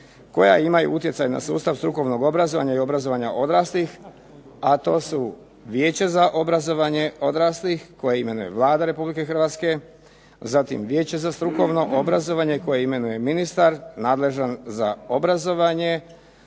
koja imaju utjecaj na sustav strukovnog obrazovanja i obrazovanja odraslih, a to su Vijeće za obrazovanje odraslih koje imenuje Vlada Republike Hrvatske, zatim Vijeće za strukovno obrazovanje koje imenuje ministar nadležan za obrazovanje,